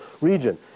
region